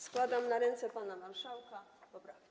Składam na ręce pana marszałka poprawki.